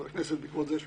אבל בעקבות הכנסת יש ממשלה,